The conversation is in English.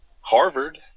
Harvard